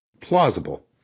plausible